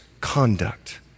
conduct